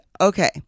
okay